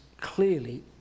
clearly